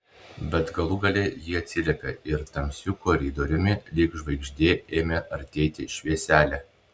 bet galų gale ji atsiliepė ir tamsiu koridoriumi lyg žvaigždė ėmė artėti švieselė